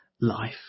life